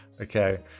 Okay